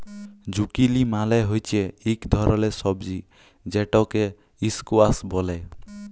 zucchini মালে হচ্যে ইক ধরলের সবজি যেটকে ইসকোয়াস ব্যলে